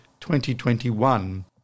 2021